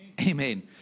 amen